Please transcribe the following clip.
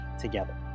together